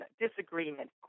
Disagreement